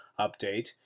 update